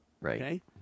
Right